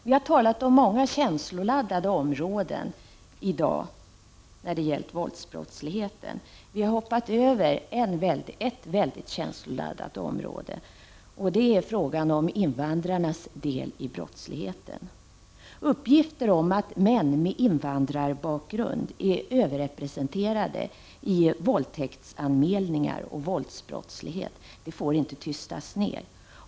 Vi har talat om många känsloladdade områden i dag när det gällt våldsbrottsligheten. Vi har hoppat över ett väldigt känsloladdat område, och det är frågan om invandrarnas del i brottsligheten. Uppgifter om att män med invandrarbakgrund är överrepresenterade i våldtäktsanmälningar och våldsbrottslighet får inte tystas ner.